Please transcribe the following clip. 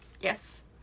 yes